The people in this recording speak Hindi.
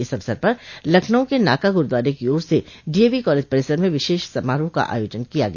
इस अवसर पर लखनऊ के नाका ग्रूद्वारे की ओर से डीएवी कालेज परिसर में विशेष समारोह का अयोजन किया गया